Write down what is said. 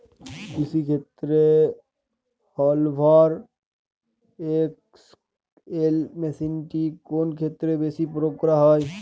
কৃষিক্ষেত্রে Hoover XL মেশিনটি কোন ক্ষেত্রে বেশি প্রয়োগ করা হয়?